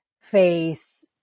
face